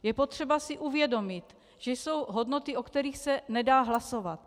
Je potřeba si uvědomit, že jsou hodnoty, o kterých se nedá hlasovat.